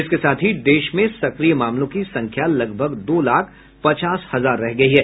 इसके साथ ही देश में सक्रिय मामलों की संख्या लगभग दो लाख पचास हजार रह गई है